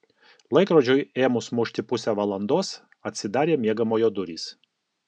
laikrodžiui ėmus mušti pusę valandos atsidarė miegamojo durys